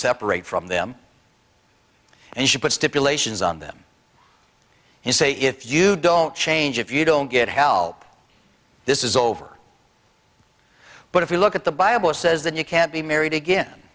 separate from them and you put stipulations on them and say if you don't change if you don't get help this is over but if you look at the bible says that you can't be married again